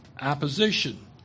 opposition